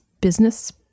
business